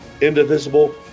indivisible